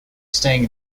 staying